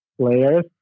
players